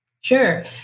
Sure